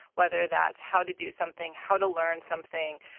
whether that's how to do something, how to learn something.